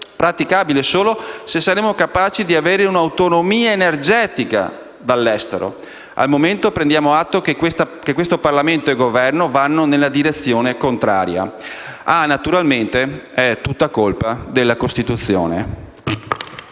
praticabile solamente se capaci di avere un'autonomia energetica dall'estero. Al momento, prendiamo atto che questo Parlamento e questo Governo vanno nella direzione contraria. Ah! Naturalmente, è tutta colpa della Costituzione!